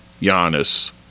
Giannis